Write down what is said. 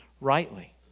rightly